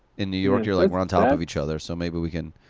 in new york, you're like, we're on top of each other. so maybe we can.